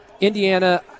Indiana